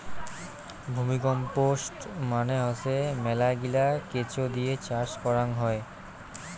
vermicompost মানে হসে মেলাগিলা কেঁচো দিয়ে চাষ করাং হই